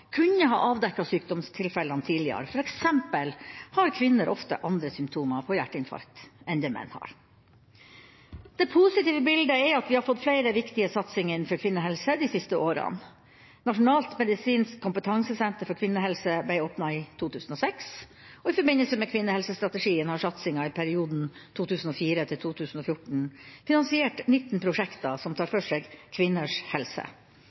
kunne ha avdekket sykdomstilfellene tidligere, f.eks. har kvinner ofte andre symptomer på hjerteinfarkt enn det menn har. Det positive bildet er at vi har fått flere viktige satsinger innenfor kvinnehelse de siste årene. Nasjonalt kompetansesenter for kvinnehelse ble åpnet i 2006, og i forbindelse med kvinnehelsestrategien har satsinga i perioden 2004–2014 finansiert 19 prosjekter som tar for seg kvinners helse.